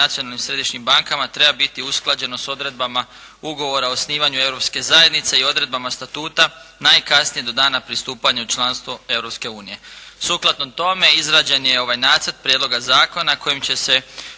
nacionalnim središnjim bankama treba biti usklađeno s odredbama ugovora o osnivanju Europske zajednice i odredbama statuta najkasnije do dana pristupanja u članstvo Europske unije. Sukladno tome izrađen je ovaj nacrt prijedloga zakona kojim će se